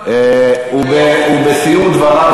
הוא בסיום דבריו.